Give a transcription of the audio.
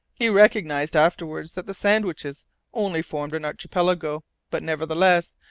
he recognized afterwards that the sandwiches only formed an archipelago, but, nevertheless,